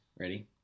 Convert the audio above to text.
Ready